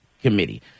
committee